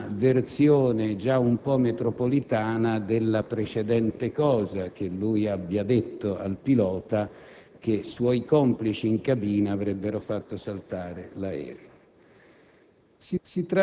o se è una versione, già un po' metropolitana, della precedente cosa che lui avrebbe detto al pilota, cioè che suoi complici in cabina avrebbero fatto saltare l'aereo.